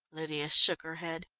lydia shook her head.